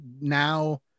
now